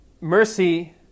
mercy